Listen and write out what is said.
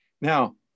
Now